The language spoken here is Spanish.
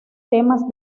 temas